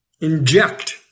inject